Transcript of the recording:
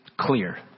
clear